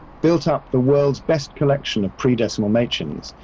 built up the world's best collection of pre decimal machins,